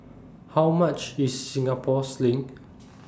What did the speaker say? How much IS Singapore Sling